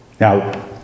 Now